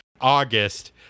August